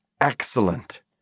excellent